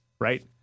Right